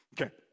Okay